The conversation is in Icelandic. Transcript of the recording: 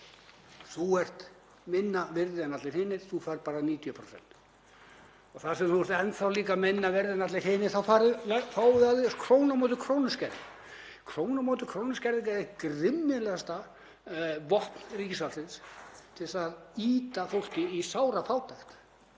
þú ert minna virði en allir hinir, þú færð bara 90% og þar sem þú ert enn þá líka minna virði en allir hinir færðu á þig krónu á móti krónu skerðingu. Krónu á móti krónu skerðing er grimmilegasta vopn ríkisvaldsins til að ýta fólki í sárafátækt